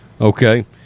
Okay